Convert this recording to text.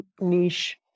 niche